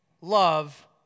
love